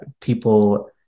people